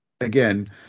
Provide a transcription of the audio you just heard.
again